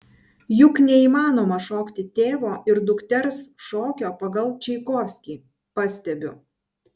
juk neįmanoma šokti tėvo ir dukters šokio pagal čaikovskį pastebiu